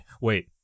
wait